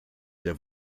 der